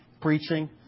preaching